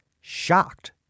shocked